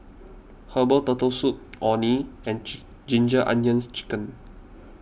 Herbal Turtle Soup Orh Nee and Ginger Onions Chicken